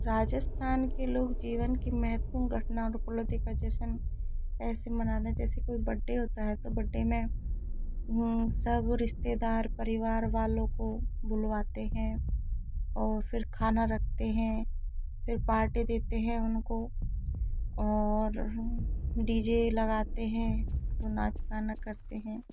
राजस्थान के लोग जीवन की महत्वपूर्ण घटना और उपलब्धि का जश्न ऐसे मनाते हैं जैसे कोई बर्थडे होता है तो बर्थडे में सब रिश्तेदार परिवार वालो को बुलवाते हैं और फिर खाना रखते हैं फिर पार्टी देते हैं उनको और डी जे लगाते हैं तो नाच गाना करते हैं